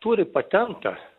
turi patentą